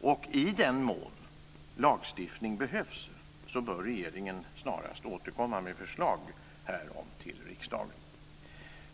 Och i den mån lagstiftning behövs bör regeringen snarast återkomma med förslag härom till riksdagen.